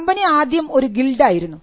company ആദ്യം ഒരു guild ആയിരുന്നു